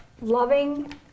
loving